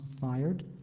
fired